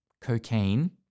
cocaine